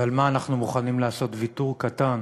ועל מה אנחנו מוכנים לעשות ויתור קטן